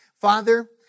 Father